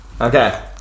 okay